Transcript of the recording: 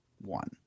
One